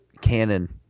canon